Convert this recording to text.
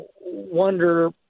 wonder